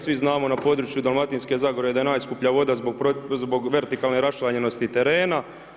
Svi znamo na području Dalmatinske zagore da je najskuplja voda zbog vertikalne raščlanjenosti terena.